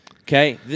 Okay